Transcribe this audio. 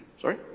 Sorry